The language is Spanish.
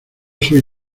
soy